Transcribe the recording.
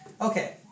Okay